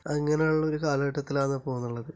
അങ്ങനെയുള്ള ഒരു കാലഘട്ടത്തിലാണ് ഇപ്പോൾ ഉള്ളത്